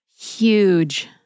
huge